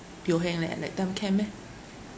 Teo Heng let let them camp meh